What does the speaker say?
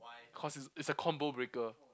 cause it's it's a combo breaker